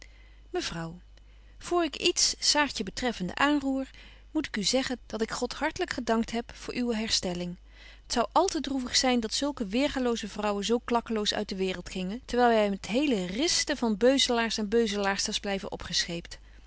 voor ik iets saartje betreffende aanroer moet ik u zeggen dat ik god hartelyk gedankt heb voor uwe herstelling t zou al te droevig zyn dat zulke weergaloze vrouwen zo klakkeloos uit de waereld gingen terwyl wy met hele risten van beuzelaars en beuzelaarsters blyven opgescheept